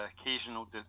occasional